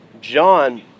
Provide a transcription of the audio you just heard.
John